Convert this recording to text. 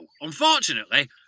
unfortunately